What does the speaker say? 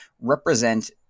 represent